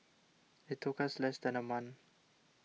it took us less than a month